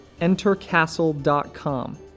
entercastle.com